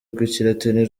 rw’ikilatini